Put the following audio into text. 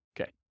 Okay